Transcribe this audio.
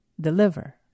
deliver